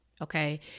Okay